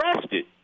arrested